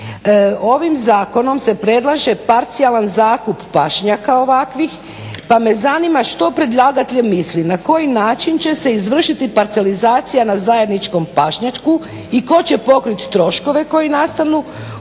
Ovim zakonom se predlaže parcijalan zakup pašnjaka ovakvih, pa me zanima što predlagatelj misli na koji način će se izvršiti parcelizacija na zajedničkom pašnjaku i tko će pokrit troškove koji nastanu u tome.